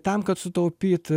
tam kad sutaupyt